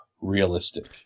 realistic